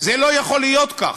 זה לא יכול להיות כך,